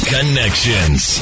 Connections